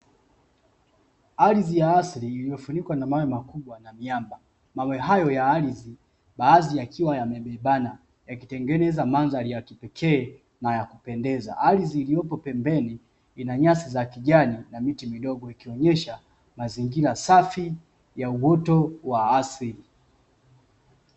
Ardhi ya asili iliyofunikwa na mawe makubwa na miamba, mawe hayo ya ardhi baadhi yakiwa yamebebana yakitengeneza mandhari ya kipekee na ya kupendeza, ardhi iliyopo pembeni ina nyasi za kijani na miti midogo ikionyesha mazingira safi ya uoto wa asili.